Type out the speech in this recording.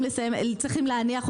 צריכים להניח אותו.